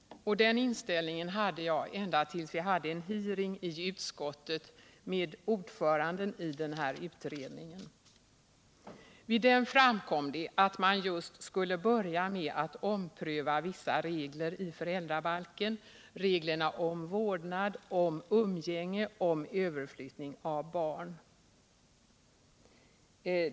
Den inställningen hade jag ända tills vi hade en hearing i utskottet med ordföranden i denna utredning. Vid den hearingen framkom det att man just skulle börja med att ompröva vissa regler i föräldrabalken — reglerna om vårdnad, umgänge och överflyttning av barn.